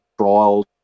trials